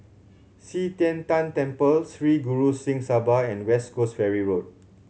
Qi Tian Tan Temple Sri Guru Singh Sabha and West Coast Ferry Road